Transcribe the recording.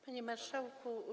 Panie Marszałku!